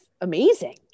amazing